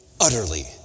utterly